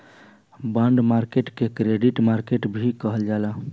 bond market के credit market भी कहल जाला